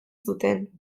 zuten